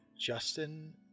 Justin